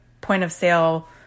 point-of-sale